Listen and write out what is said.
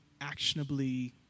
actionably